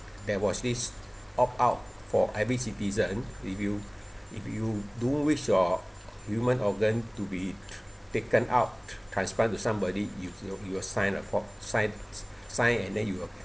there was this opt out for every citizen if you if you don't want wish your human organ to be taken out transplant to somebody you you you will sign a form sign sign and then you will